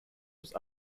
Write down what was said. was